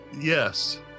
Yes